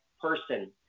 person